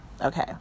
Okay